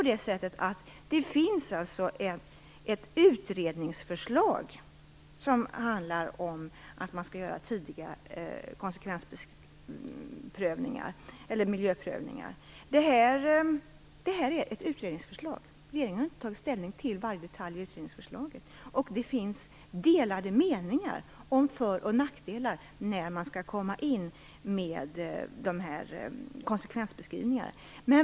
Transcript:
Det finns ett utredningsförslag om att man skall göra tidiga miljöprövningar. Det är ett utredningsförslag. Regeringen har inte tagit ställning till varje detalj i utredningsförslaget. Det finns delade meningar om för och nackdelar när man skall komma in med konsekvensbeskrivningar.